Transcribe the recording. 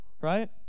right